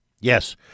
yes